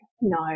no